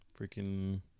freaking